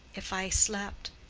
if i slept,